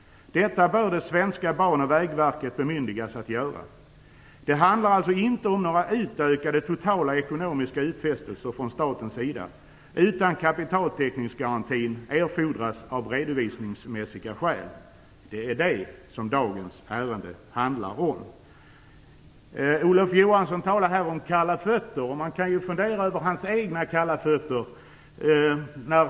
Detta bör det svenska Ban och vägverket bemyndigas att göra. Det handlar alltså inte om några utökade totala ekonomiska utfästelser från statens sida, utan kapitaltäckningsgaranti erfordras av redovisningsmässiga skäl. Det är det som dagens ärende handlar om. Olof Johansson talade här om att man får kalla fötter. Man kan fundera över hans egna kalla fötter.